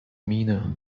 mina